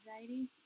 anxiety